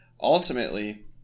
ultimately